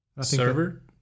Server